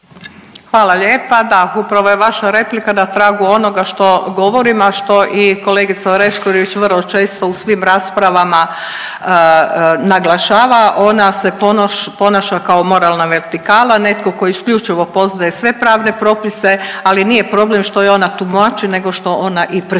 Hvala lijepa. Da, upravo je vaša replika na tragu onoga što govorim, a što i kolegica Orešković vrlo često u svim raspravama naglašava. Ona je ponaša kao moralna vertikala, netko tko isključivo poznaje sve pravne propise, ali nije problem što ih ona tumači, nego što ona i presuđuje.